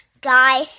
guy